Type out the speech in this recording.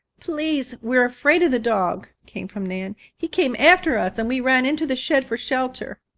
please, we are afraid of the dog, came from nan. he came after us and we ran into the shed for shelter.